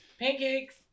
pancakes